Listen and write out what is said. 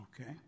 Okay